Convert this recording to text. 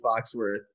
Foxworth